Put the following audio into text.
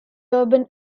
urban